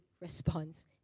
response